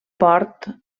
port